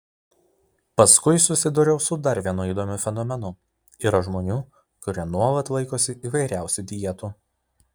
paskui susidūriau su dar vienu įdomiu fenomenu yra žmonių kurie nuolat laikosi įvairiausių dietų